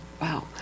Wow